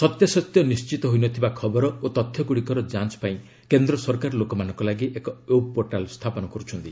ସତ୍ୟାସତ୍ୟ ନିଶ୍ଚିତ ହୋଇନଥିବା ଖବର ଓ ତଥ୍ୟଗୁଡ଼ିକର ଯାଞ୍ଚ ପାଇଁ କେନ୍ଦ୍ର ସରକାର ଲୋକମାନଙ୍କ ଲାଗି ଏକ ୱେବ୍ ପୋର୍ଟାଲ୍ ସ୍ଥାପନ କର୍ରଛନ୍ତି